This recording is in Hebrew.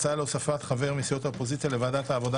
הצעה להוספת חבר מסיעות האופוזיציה לוועדת העבודה